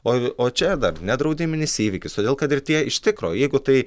o o čia dar nedraudiminis įvykis todėl kad ir tie iš tikro jeigu tai